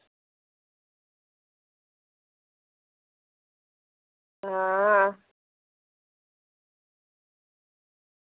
आं